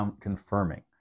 confirming